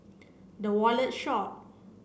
The Wallet Shop